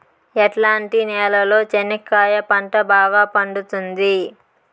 ఎట్లాంటి నేలలో చెనక్కాయ పంట బాగా పండుతుంది?